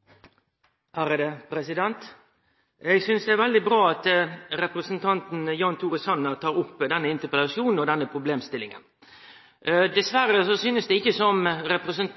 Jan Tore Sanner tek opp denne interpellasjonen – og denne problemstillinga. Dessverre synest det ikkje som om